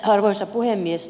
arvoisa puhemies